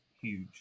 huge